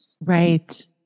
Right